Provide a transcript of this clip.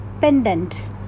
pendant